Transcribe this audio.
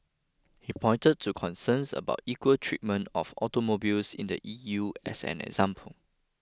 he pointed to concerns about equal treatment of automobiles in the E U as an example